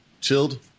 chilled